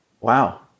wow